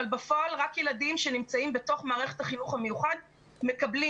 אבל בפועל רק ילדים שנמצאים בתוך מסגרת החינוך המיוחד מקבלים